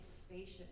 spacious